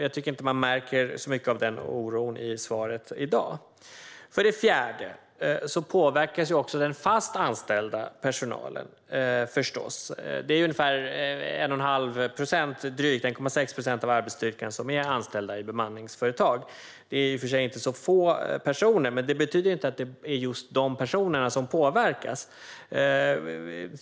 Jag tycker dock inte att man märker så mycket av denna oro i svaret i dag. För det fjärde påverkas förstås också den fast anställda personalen. Det är ungefär 1,6 procent av arbetsstyrkan som är anställd i bemanningsföretag. Det är i och för sig inte så få personer, men det betyder inte att det är just dessa personer som påverkas.